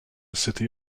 city